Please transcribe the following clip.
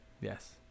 yes